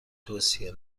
توصیه